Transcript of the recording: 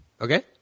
Okay